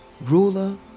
ruler